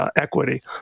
equity